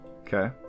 okay